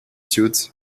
suit